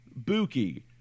Buki